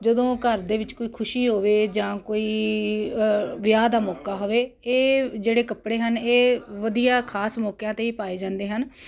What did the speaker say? ਜਦੋਂ ਘਰ ਦੇ ਵਿੱਚ ਕੋਈ ਖੁਸ਼ੀ ਹੋਵੇ ਜਾਂ ਕੋਈ ਵਿਆਹ ਦਾ ਮੌਕਾ ਹੋਵੇ ਇਹ ਜਿਹੜੇ ਕੱਪੜੇ ਹਨ ਇਹ ਵਧੀਆ ਖਾਸ ਮੌਕਿਆਂ 'ਤੇ ਪਾਏ ਜਾਂਦੇ ਹਨ